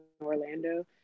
Orlando